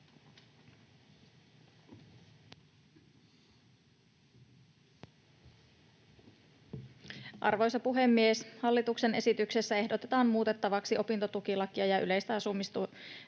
Arvoisa puhemies! Hallituksen esityksessä ehdotetaan muutettavaksi opintotukilakia ja yleisestä asumistuesta